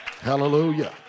Hallelujah